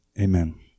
Amen